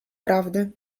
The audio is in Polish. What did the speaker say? prawdy